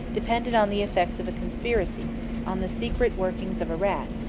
depended on the effects of a conspiracy on the secret workings of a rat,